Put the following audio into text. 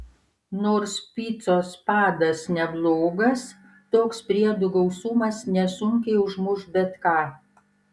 nors picos padas neblogas toks priedų gausumas nesunkiai užmuš bet ką